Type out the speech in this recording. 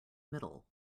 middle